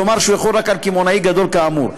כלומר שהוא יחול רק על קמעונאי גדול כאמור.